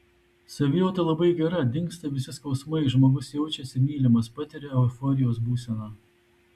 savijauta labai gera dingsta visi skausmai žmogus jaučiasi mylimas patiria euforijos būseną